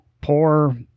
poor